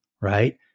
right